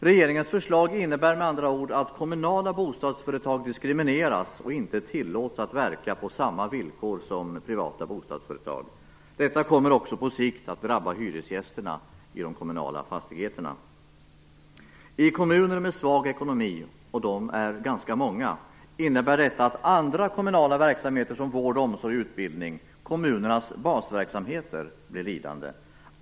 Regeringens förslag innebär med andra ord att kommunala bostadsföretag diskrimineras och att de inte tillåts att verka på samma villkor som privata bostadsföretag. Detta kommer också på sikt att drabba hyresgästerna i de kommunala fastigheterna. I kommuner med svag ekonomi - och de är ganska många - innebär detta att andra kommunala verksamheter som vård, omsorg och utbildning - kommunerans basverksamheter - blir lidande.